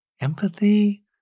empathy